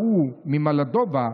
ההוא ממולדובה,